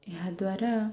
ଏହା ଦ୍ୱାରା